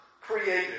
created